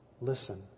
listen